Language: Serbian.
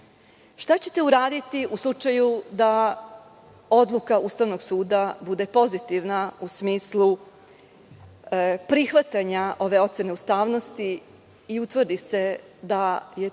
Šta ćete uraditi u slučaju da odluka Ustavnog suda bude pozitivna u smislu prihvatanja ove ocene ustavnosti i utvrdi se da su